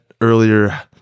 earlier